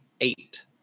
eight